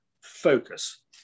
Focus